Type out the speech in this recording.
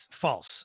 false